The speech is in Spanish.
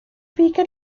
ubica